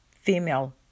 female